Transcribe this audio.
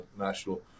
national